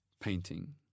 painting